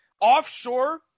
offshore